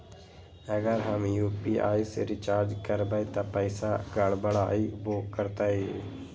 अगर हम यू.पी.आई से रिचार्ज करबै त पैसा गड़बड़ाई वो करतई?